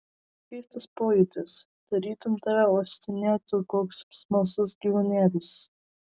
keistas pojūtis tarytum tave uostinėtų koks smalsus gyvūnėlis